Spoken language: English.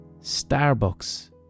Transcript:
Starbucks